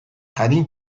adin